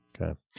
Okay